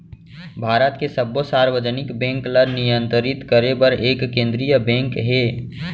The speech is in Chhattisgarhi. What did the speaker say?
भारत के सब्बो सार्वजनिक बेंक ल नियंतरित करे बर एक केंद्रीय बेंक हे